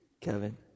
Kevin